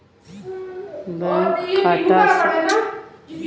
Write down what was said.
bank खाता से bank अउरी खाता धारक के बीच लेनदेन होत बाटे